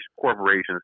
corporations